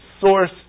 source